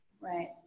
Right